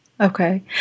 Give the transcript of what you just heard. Okay